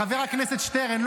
חבר הכנסת שטרן,